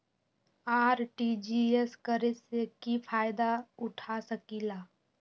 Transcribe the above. RTGS करे से की फायदा उठा सकीला?